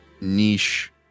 niche